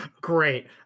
great